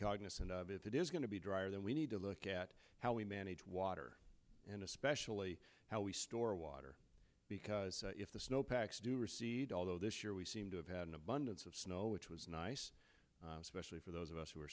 cognizant of if it is going to be drier than we need to look at how we manage water and especially how we store water because if the snow packs do recede although this year we seem to have had an abundance of snow which was nice especially for those of us who are